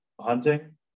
hunting